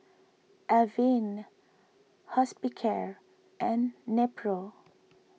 Avene Hospicare and Nepro